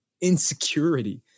insecurity